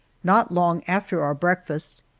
not long after our breakfast,